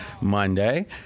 Monday